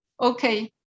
Okay